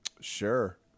Sure